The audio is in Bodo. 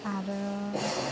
आंरो